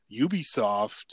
Ubisoft